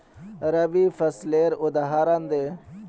रवि फसलेर उदहारण दे?